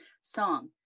Song